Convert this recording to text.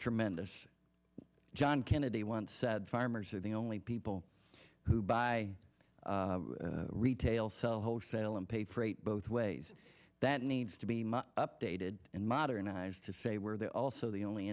tremendous john kennedy once said farmers are the only people who buy retail sell wholesale and pay freight both ways that need to be updated and modernized to say we're there also the only